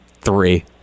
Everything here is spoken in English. three